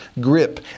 grip